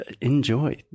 enjoy